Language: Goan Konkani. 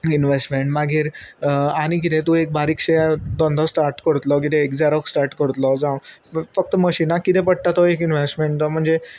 इनवेस्टमेंट मागीर आनी कितें तूं एक बारीकशे धंदो स्टार्ट करतलो कितें एझेरोक स्टार्ट करतलो जावं फक्त मशिनाक किदं पडटा तो एक इनवेस्टमेंट तो म्हणजे